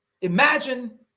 Imagine